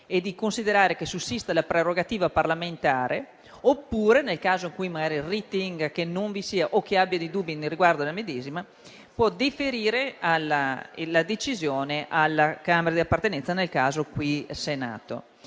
e di considerare che sussista la prerogativa parlamentare; oppure, nel caso in cui ritenga che questa non vi sia o abbia dubbi riguardo alla medesima, può deferire la decisione alla Camera di appartenenza, in questo caso il Senato.